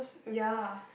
ya